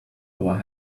our